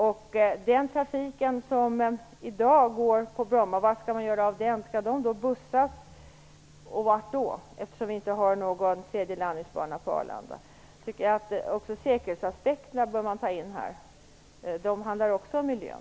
Vad skall man göra med den trafik som i dag går på Bromma? Vart skall den flyttas? Vi har ju inte någon tredje landningsbana på Arlanda. Man bör ta in även säkerhetsaspekterna, som ju också handlar om miljön.